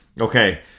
Okay